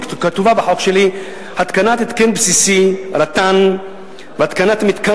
היא כתובה בחוק שלי: "התקנת התקן בסיסי רט"ן והתקנת מתקן